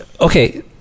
Okay